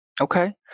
Okay